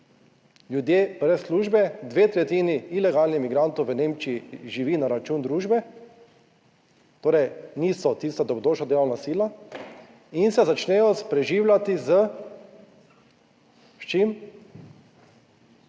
ljudje brez službe, dve tretjini ilegalnih migrantov v Nemčiji živi na račun družbe torej niso tista dobrodošla delovna sila in se začnejo preživljati. S čim?